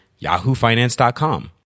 yahoofinance.com